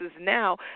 now